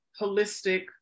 holistic